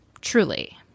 truly